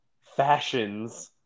fashions